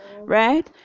right